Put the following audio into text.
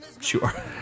sure